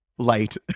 light